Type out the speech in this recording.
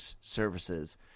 services